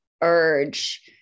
urge